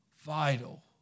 vital